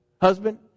husband